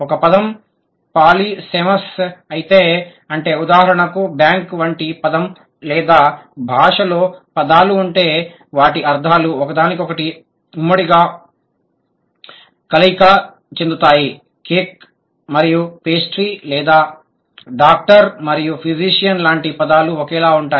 ఒక పదం పాలిసెమస్ అయితే అంటే ఉదాహరణకు బ్యాంకు వంటి పదం లేదా భాషలో పదాలు ఉంటే వాటి అర్థాలు ఒకదానికొకటి ఉమ్మడిగా కలయిక చెందుతాయి కేక్ మరియు పేస్ట్రీ లేదా డాక్టర్ మరియు ఫిజిషియన్ లాంటి పదాలు ఒకేలా ఉంటాయి